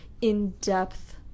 in-depth